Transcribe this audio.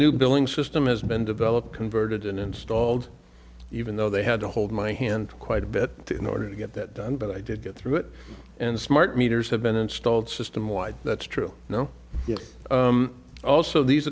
new billing system has been developed converted and installed even though they had to hold my hand quite a bit to in order to get that done but i did get through it and smart meters have been installed system wide that's true no also these